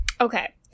Okay